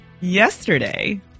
Yesterday